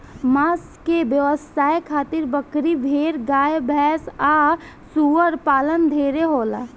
मांस के व्यवसाय खातिर बकरी, भेड़, गाय भैस आ सूअर पालन ढेरे होला